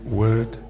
word